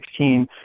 2016